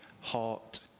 heart